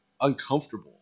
uncomfortable